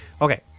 okay